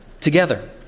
together